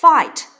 Fight